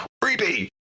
creepy